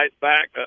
back